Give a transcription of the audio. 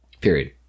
Period